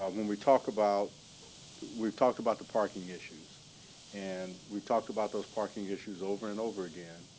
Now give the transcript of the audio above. um when we talk about we've talked about the parking issues and we've talked about those parking issues over and over again.